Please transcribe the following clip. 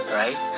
right